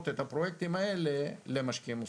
את הפרויקטים האלה למשקיעים מוסדיים.